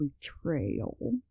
betrayal